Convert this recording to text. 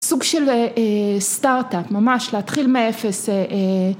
סוג של סטארט-אפ ממש להתחיל מ-0